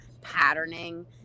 patterning